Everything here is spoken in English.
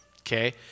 okay